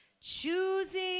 Choosing